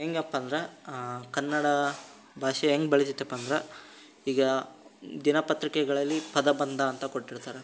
ಹೇಗಪ್ಪ ಅಂದ್ರೆ ಕನ್ನಡ ಭಾಷೆ ಹೇಗ್ ಬೆಳೀತದಪ್ಪ ಅಂದ್ರೆ ಈಗ ದಿನಪತ್ರಿಕೆಗಳಲ್ಲಿ ಪದಬಂಧ ಅಂತ ಕೊಟ್ಟಿರ್ತಾರೆ